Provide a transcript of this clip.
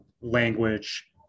language